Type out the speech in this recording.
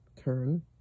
turn